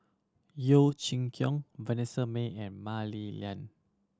Yeo Chee Kiong Vanessa Mae and Mah Li Lian